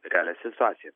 realią situaciją